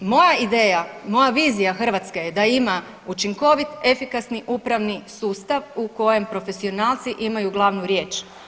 Moja ideja, moja vizija Hrvatske je da ima učinkovit, efikasni, upravni sustav u kojem profesionalci imaju glavnu riječ.